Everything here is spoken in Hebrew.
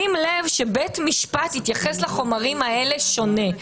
שים לב שבית המשפט יתייחס לחומרים האלה שונה.